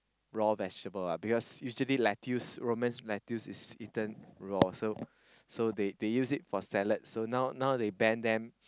raw vegetable ah because usually lettuce Roman's lettuce is eaten raw so so they they use it for salad so now now they ban them